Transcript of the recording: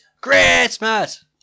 Christmas